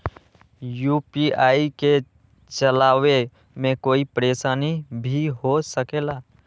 UPI के चलावे मे कोई परेशानी भी हो सकेला?